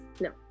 no